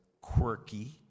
quirky